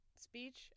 speech